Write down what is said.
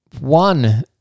One